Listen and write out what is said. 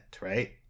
right